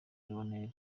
lionel